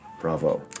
Bravo